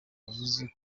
yavuze